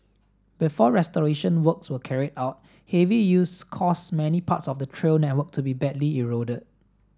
before restoration works were carried out heavy use caused many parts of the trail network to be badly eroded